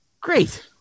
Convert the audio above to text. Great